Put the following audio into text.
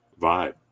vibe